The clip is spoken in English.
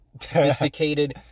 Sophisticated